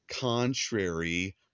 contrary